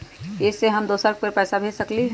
इ सेऐ हम दुसर पर पैसा भेज सकील?